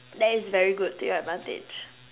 that is very good to your advantage